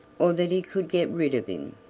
or that he could get rid of him.